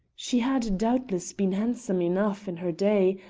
she had doubtless been handsome enough in her day,